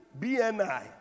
BNI